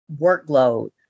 workload